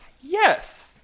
Yes